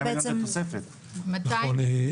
נכון,